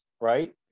right